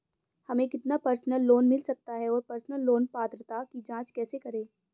हमें कितना personal loan मिल सकता है और पर्सनल लोन पात्रता की जांच कैसे करें?